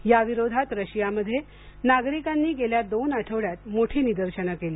याविरोधात रशियामध्ये नागरिकांनी गेल्या दोन आठवड्यात मोठी निदर्शने केली